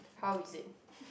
how is it